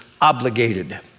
obligated